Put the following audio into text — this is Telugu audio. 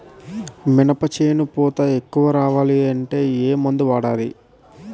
మినప చేను పూత ఎక్కువ రావాలి అంటే ఏమందు వాడాలి?